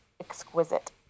exquisite